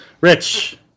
Rich